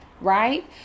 Right